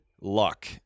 luck